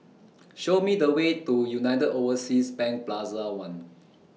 Show Me The Way to United Overseas Bank Plaza one